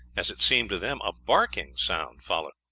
as it seemed to them, a barking sound, followed.